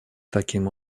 таким